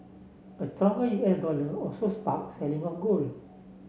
a stronger U S dollar also spark selling on gold